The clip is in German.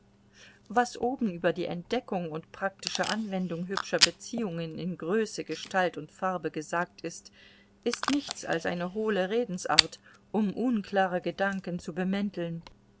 was oben über die entdeckung und praktische anwendung hübscher beziehungen in größe gestalt und farbe gesagt ist ist nichts als eine hohle redensart um unklare gedanken zu bemänteln